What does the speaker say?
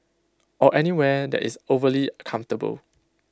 or anywhere that is overly comfortable